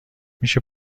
میشه